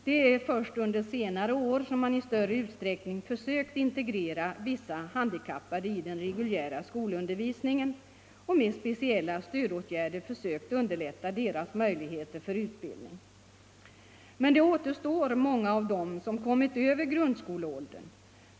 Det är först under senare år som man i större utsträckning försökt integrera vissa handikappade i den reguljära skolundervisningen och med speciella stödåtgärder försökt underlätta deras möjligheter till utbildning. Men det återstår många som kommit över grundskoleåldern.